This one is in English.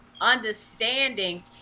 understanding